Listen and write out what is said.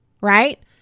right